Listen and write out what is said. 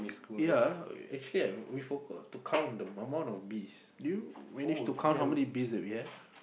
yea actually we forgot to count the amount of beast did you manage to count how many beast we have